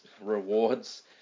rewards